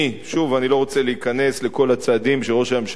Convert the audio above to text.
אני לא רוצה להיכנס לכל הצעדים שראש הממשלה נקט,